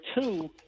two